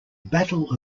battle